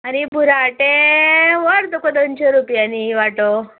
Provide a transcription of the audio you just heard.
आनी बुराटें वर तुका दोनशीं रूपयानी वांटो